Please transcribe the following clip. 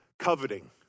coveting